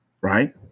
right